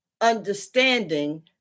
understanding